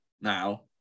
now